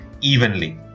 evenly